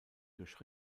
durch